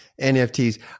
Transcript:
NFTs